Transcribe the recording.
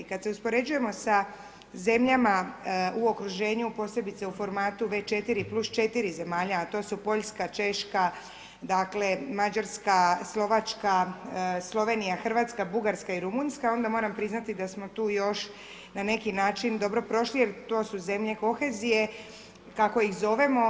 Kad se uspoređujemo sa zemljama u okruženju, posebice u formatu V-4 plus 4 zemalja, a to su Poljska, Češka, dakle Mađarska, Slovačka, Slovenija, Hrvatska, Bugarska i Rumunjska, onda moram priznati da smo tu još na neki način dobro prošli jer to su zemlje kohezije, kako ih zovemo.